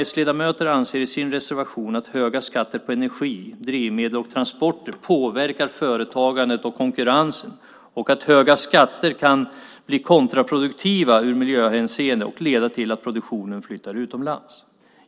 S-ledamöter anser i sin reservation att höga skatter på energi, drivmedel och transporter påverkar företagandet och konkurrensen och att höga skatter kan bli kontraproduktiva i miljöhänseende och leda till att produktionen flyttar utomlands.